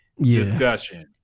discussion